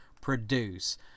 produce